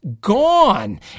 gone